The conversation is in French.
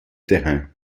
terrain